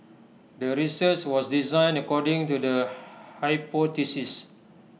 the research was designed according to the hypothesis